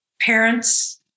parents